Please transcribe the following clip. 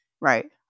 Right